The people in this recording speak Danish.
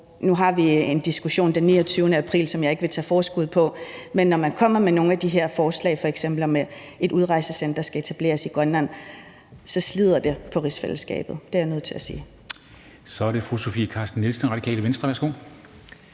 Nu har vi en diskussion den 29. april, som jeg ikke vil tage forskud på, men når man kommer med nogle af de her forslag, f.eks. om, at et udrejsecenter skal etableres i Grønland, slider det på rigsfællesskabet. Det er jeg nødt til at sige. Kl. 13:17 Formanden (Henrik Dam Kristensen):